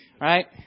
right